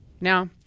Now